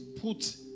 put